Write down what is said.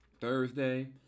Thursday